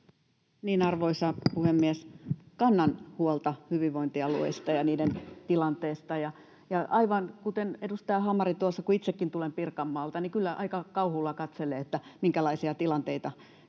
Arvoisa puhemies! Kannan huolta hyvinvointialueista ja niiden tilanteesta. Aivan kuten edustaja Hamari tuossa, kun itsekin tulen Pirkanmaalta, kyllä aika kauhulla katselen, minkälaisia tilanteita